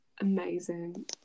amazing